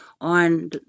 on